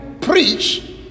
preach